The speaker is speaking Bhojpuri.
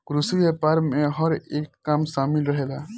कृषि व्यापार में हर एक काम शामिल रहेला